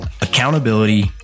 accountability